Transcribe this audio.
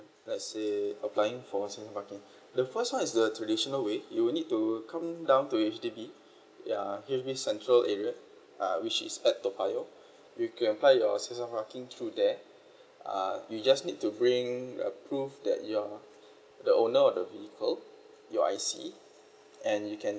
let's say applying for season parking the first one is the traditional way you will need to come down to H_D_B ya H_D_B central area uh which is at toa payoh you can apply your season parking through there uh you just need to bring a proof that you are the owner of the vehicle your I_C and you can